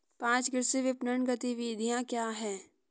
पाँच कृषि विपणन गतिविधियाँ क्या हैं?